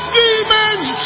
demons